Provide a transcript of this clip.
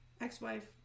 Ex-wife